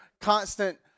constant